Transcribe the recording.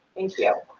thank you,